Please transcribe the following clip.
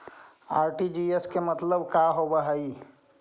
RTGS के मतलब का होव हई?